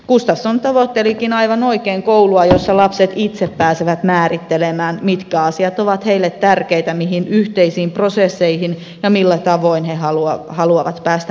gustafsson tavoittelikin aivan oikein koulua jossa lapset itse pääsevät määrittelemään mitkä asiat ovat heille tärkeitä mihin yhteisiin prosesseihin ja millä tavoin he haluavat päästä mukaan